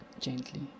gently